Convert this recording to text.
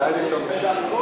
יישר כוח.